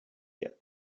yet